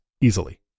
Easily